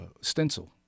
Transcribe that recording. stencil